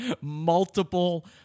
Multiple